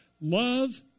Love